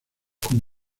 con